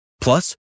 Plus